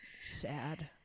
sad